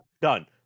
done